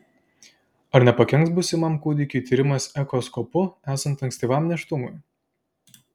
ar nepakenks būsimam kūdikiui tyrimas echoskopu esant ankstyvam nėštumui